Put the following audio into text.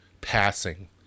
passing